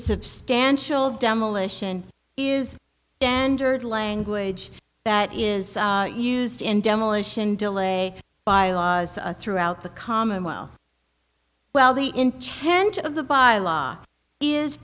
substantial demolition is standard language that is used in demolition delay bylaws throughout the commonwealth well the intent of the bylaw is